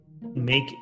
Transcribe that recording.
make